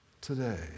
today